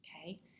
Okay